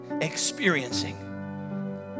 experiencing